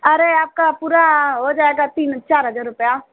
अरे आपका पूरा हो जाएगा तीन चार हज़ार रुपया